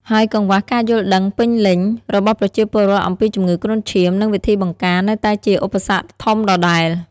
ហើយកង្វះការយល់ដឹងពេញលេញ របស់ប្រជាពលរដ្ឋអំពីជំងឺគ្រុនឈាម និងវិធីបង្ការនៅតែជាឧបសគ្គធំដដែល។